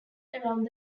around